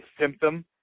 symptom